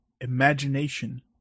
imagination